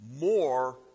more